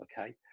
okay